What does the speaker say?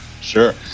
Sure